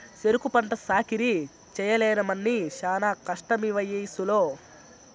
సెరుకు పంట సాకిరీ చెయ్యలేనమ్మన్నీ శానా కష్టమీవయసులో